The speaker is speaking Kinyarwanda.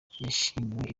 yashimiwe